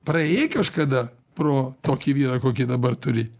praėjai kažkada pro tokį vyrą kokį dabar turi